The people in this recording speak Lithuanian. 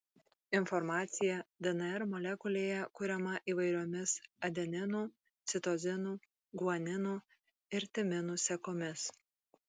informacija dnr molekulėje kuriama įvairiomis adeninų citozinų guaninų ir timinų sekomis